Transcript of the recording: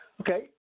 Okay